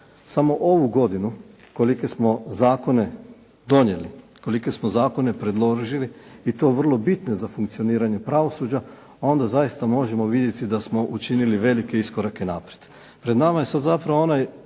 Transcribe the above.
samo ovu godinu kolike smo zakone donijeli, kolike smo zakone predložili i to vrlo bitne za funkcioniranje pravosuđa, onda zaista možemo vidjeti da smo učinili velike iskorake naprijed. Pred nama je sada zapravo onaj